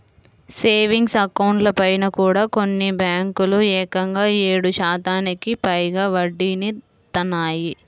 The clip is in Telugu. సేవింగ్స్ అకౌంట్లపైన కూడా కొన్ని బ్యేంకులు ఏకంగా ఏడు శాతానికి పైగా వడ్డీనిత్తన్నాయి